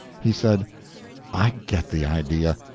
he said i get the idea.